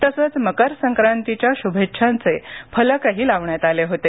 तसंच मकर संक्रांतीच्या शुभेच्छांचे फलकही लावण्यात आले होते